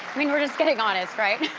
i mean, we're just getting honest, right?